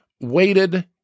waited